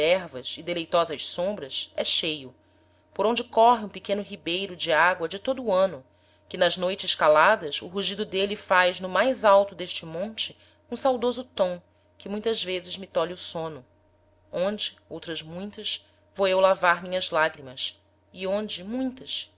ervas e deleitosas sombras é cheio por onde corre um pequeno ribeiro de agoa de todo o ano que nas noites caladas o rugido d'êle faz no mais alto d'este monte um saudoso tom que muitas vezes me tolhe o sôno onde outras muitas vou eu lavar minhas lagrimas e onde muitas